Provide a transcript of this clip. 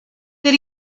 that